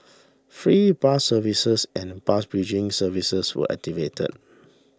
free bus services and bus bridging services were activated